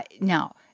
Now